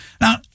Now